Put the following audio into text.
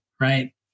right